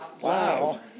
Wow